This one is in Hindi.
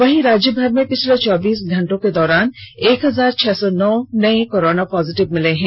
वहीं राज्यभर में पिछले चोंबीस घंटे के दौरान एक हजार छह सौ नौ नए कोरोना पॉजिटिव मिले हैं